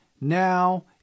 now